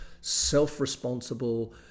self-responsible